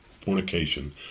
fornication